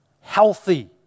healthy